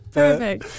perfect